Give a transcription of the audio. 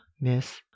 miss